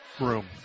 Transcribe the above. room